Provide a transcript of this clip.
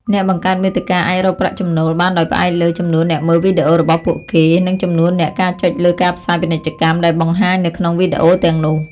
អ្នកបង្កើតមាតិកាអាចរកប្រាក់ចំណូលបានដោយផ្អែកលើ ចំនួនអ្នកមើលវីដេអូរបស់ពួកគេ និង ចំនួននៃការចុចលើការផ្សាយពាណិជ្ជកម្ម ដែលបង្ហាញនៅក្នុងវីដេអូទាំងនោះ។